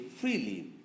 freely